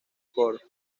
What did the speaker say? core